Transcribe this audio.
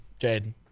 Jaden